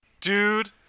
Dude